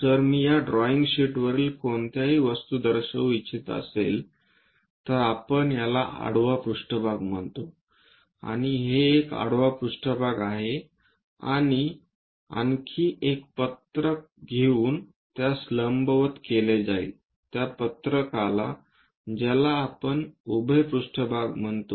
जर मी या ड्रॉईंग शीटवरील कोणत्याही वस्तू दर्शवू इच्छित असेल तर आपण याला आडवा पृष्ठभाग म्हणतो आणि हे एक आडवा पृष्ठभाग आहे आणि आणखी एक पत्रक घेऊन त्यास लंबवत केले जाईल आणि त्या पत्रकाला ज्याला आपण उभे पृष्ठभाग म्हणतो